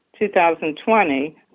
2020